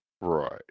right